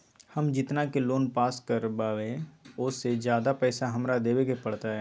हम जितना के लोन पास कर बाबई ओ से ज्यादा पैसा हमरा देवे के पड़तई?